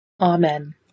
Amen